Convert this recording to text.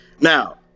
Now